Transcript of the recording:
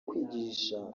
kwigisha